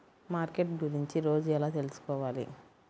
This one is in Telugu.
మార్కెట్ గురించి రోజు ఎలా తెలుసుకోవాలి?